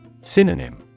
Synonym